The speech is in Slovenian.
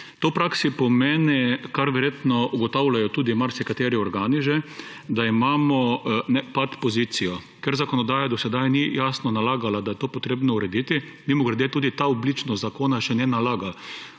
To v praksi pomeni, kar verjetno ugotavljajo tudi marsikateri organi že, da imamo pat pozicijo, ker zakonodaja do sedaj ni jasno nalagala, da je to potrebno urediti. Mimogrede tudi ta obličnost zakona še ne nalaga,